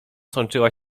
sączyła